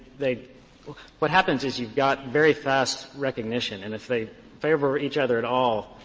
they what happens is you've got very fast recognition and if they favor each other at all